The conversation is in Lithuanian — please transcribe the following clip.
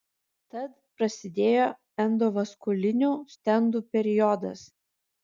tad prasidėjo endovaskulinių stentų periodas